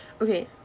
Okay